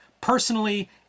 personally